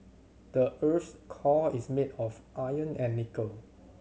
the earth's core is made of iron and nickel